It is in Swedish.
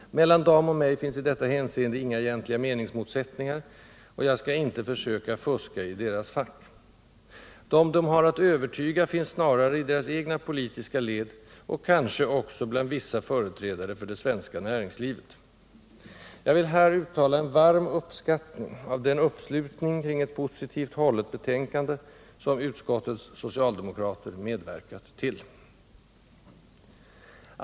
Mellan dem och mig finns i detta hänseende inga egentliga meningsmotsättningar, och jag skall inte försöka fuska i deras fack. Dem de har att övertyga finns snarare i deras egna politiska led och kanske också bland vissa företrädare för det svenska näringslivet. Jag vill här uttala en varm uppskattning av den uppslutning kring ett positivt hållet betänkande, som utskottets socialdemokrater medverkat till.